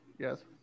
Yes